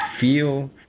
feel